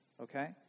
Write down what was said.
Okay